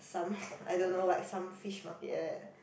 some I don't know like some fish market eh